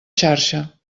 xarxa